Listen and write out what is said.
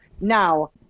Now-